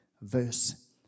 verse